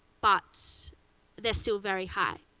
but they're still very high.